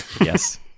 Yes